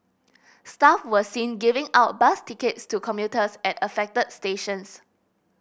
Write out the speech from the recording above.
staff were seen giving out bus tickets to commuters at affected stations